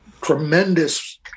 tremendous